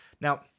Now